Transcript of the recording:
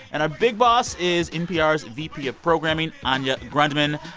and our big boss is npr's vp of programming, anya grundmann.